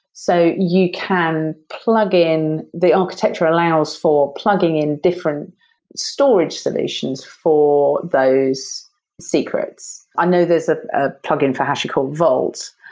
so you can plugin the architecture allows for plugging in different storage solutions for those secrets. i know there's a ah plugin for hashicorp vault.